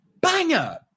Banger